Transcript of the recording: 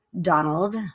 Donald